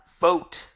vote